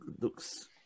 looks